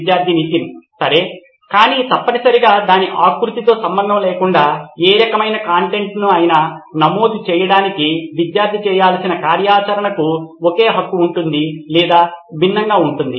విద్యార్థి నితిన్ సరే కానీ తప్పనిసరిగా దాని ఆకృతితో సంబంధం లేకుండా ఏ రకమైన కంటెంట్ను అయినా నమోదు చేయడానికి విద్యార్థి చేయాల్సిన కార్యాచరణకు ఒకే హక్కు ఉంటుంది లేదా భిన్నంగా ఉంటుంది